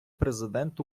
президент